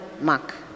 mark